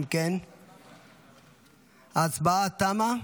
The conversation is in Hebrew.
אם כן ההצבעה תמה.